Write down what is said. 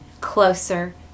closer